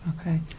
Okay